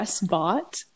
bought